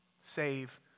save